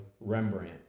Rembrandt